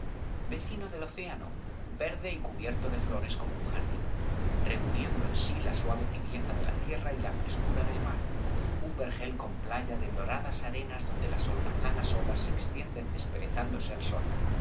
vecino al océano verde y cubierto de flores como un jardín reuniendo en sí la suave tibieza de la tierra y la frescura del mar un vergel con playa de doradas arenas donde las holgazanas olas se extienden desperezándose al sol